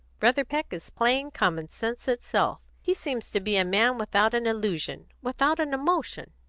brother peck is plain common-sense itself. he seems to be a man without an illusion, without an emotion.